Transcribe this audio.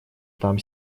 там